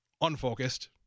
unfocused